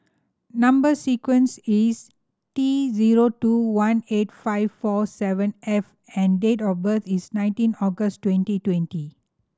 number sequence is T zero two one eight five four seven F and date of birth is nineteen August twenty twenty